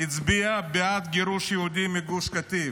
הצביע בעד גירוש יהודים מגוש קטיף.